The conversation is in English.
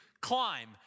climb